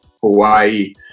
Hawaii